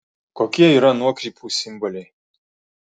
kokie yra nuokrypų simboliai